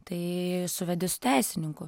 tai suvedi su teisininku